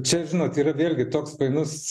čia žinot vėlgi toks painus